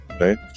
right